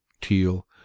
teal